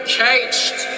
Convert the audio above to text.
caged